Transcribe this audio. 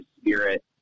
spirit